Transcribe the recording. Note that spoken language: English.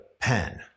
pen